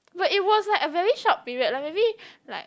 but it was like a very short period like maybe like